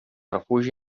refugi